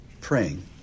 praying